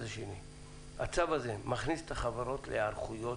הצו הזה מכניס את החברות להיערכויות